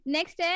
Next